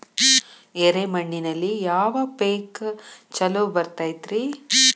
ಎರೆ ಮಣ್ಣಿನಲ್ಲಿ ಯಾವ ಪೇಕ್ ಛಲೋ ಬರತೈತ್ರಿ?